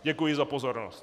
Děkuji za pozornost.